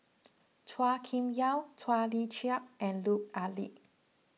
Chua Kim Yeow Chua Tee Chiak and Lut Ali